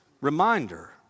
reminder